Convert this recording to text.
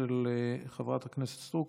של חברת הכנסת סטרוק,